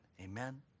Amen